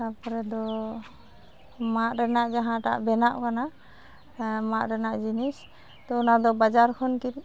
ᱛᱟᱨᱯᱚᱨᱮᱫᱚ ᱢᱟᱫ ᱨᱮᱱᱟᱜ ᱡᱟᱦᱟᱸᱴᱟᱜ ᱵᱮᱱᱟᱜ ᱠᱟᱱᱟ ᱢᱟᱫ ᱨᱮᱱᱟᱜ ᱡᱤᱱᱤᱥ ᱛᱳ ᱚᱱᱟᱫᱚ ᱵᱟᱡᱟᱨ ᱠᱷᱚᱱ ᱠᱤᱨᱤᱧ